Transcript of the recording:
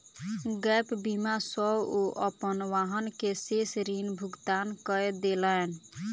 gap बीमा सॅ ओ अपन वाहन के शेष ऋण भुगतान कय देलैन